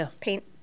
paint